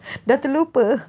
dah terlupa